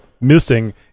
missing